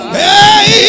hey